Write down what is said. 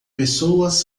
pessoas